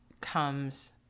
comes